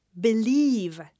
believe